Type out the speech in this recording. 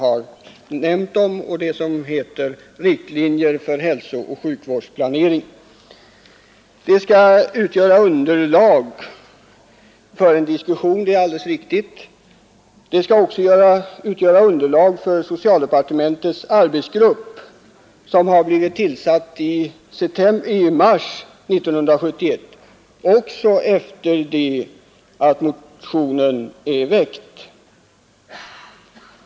Denna rapport skall utgöra underlag för en diskussion — det är också riktigt — men den skall även utgöra underlag för den arbetsgrupp inom socialdepartementet som tillsattes i mars 1971 också efter det att motionen väcktes.